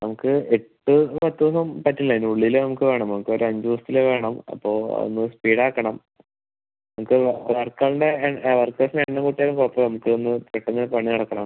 നമുക്ക് എട്ട് പത്ത് ഒന്നും പറ്റില്ല അതിന്റെ ഉള്ളില് നമുക്ക് വേണം നമുക്ക് ഒര് അഞ്ച് ദിവസത്തില് വേണം അപ്പോൾ ഒന്ന് സ്പീഡ് ആക്കണം നമുക്ക് വർക്കറിന്റെ വർക്കേർസിന്റെ എണ്ണം കൂട്ടിയാലും കുഴപ്പം ഇല്ല നമുക്ക് ഒന്ന് പെട്ടെന്ന് പണി നടക്കണം